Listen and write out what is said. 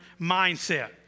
mindset